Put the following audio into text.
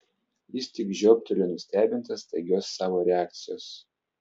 jis tik žioptelėjo nustebintas staigios savo reakcijos